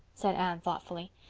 said anne thoughtfully.